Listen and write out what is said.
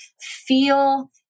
feel